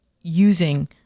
using